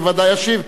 בוודאי ישיב.